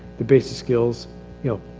the basic skills you know,